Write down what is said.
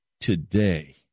today